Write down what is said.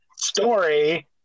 Story